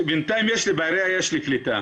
בינתיים יש לי, בעירייה יש לי קליטה.